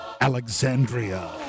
Alexandria